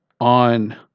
on